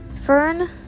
Fern